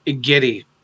giddy